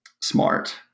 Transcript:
smart